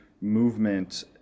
movement